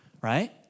Right